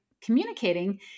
communicating